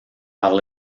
par